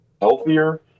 healthier